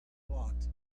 blocked